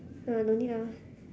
ah no need ah